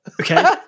Okay